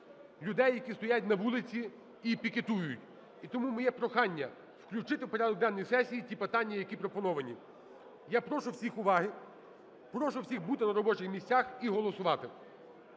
людей, які стоять на вулиці і пікетують. І тому моє прохання включити в порядок денний сесії ті питання, які пропоновані. Я прошу всіх уваги. Прошу всіх бути на робочих місцях і голосувати.